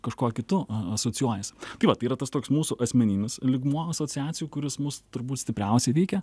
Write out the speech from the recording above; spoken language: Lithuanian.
kažkuo kitu asocijuojasi tai vat tai yra tas toks mūsų asmeninis lygmuo asociacijų kuris mus turbūt stipriausiai veikia